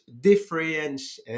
difference